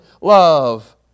love